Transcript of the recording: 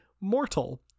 mortal